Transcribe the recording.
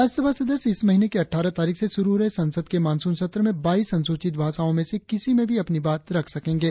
राज्यसभा सदस्य इस महीने की अट्ठारह तारीख से शुरु हो रहे संसद के मॉनसून सत्र में बाईस अनुसूचित भाषाओं में से किसी में भी अपनी बात रख सकेंगे